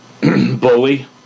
bully